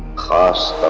cost.